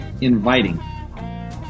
inviting